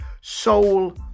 soul